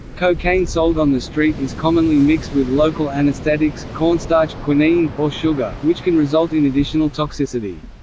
cocaine sold on the street is commonly mixed with local anesthetics, cornstarch, quinine, or sugar, which can result in additional toxicity.